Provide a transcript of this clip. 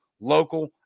local